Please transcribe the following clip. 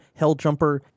Helljumper